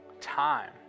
time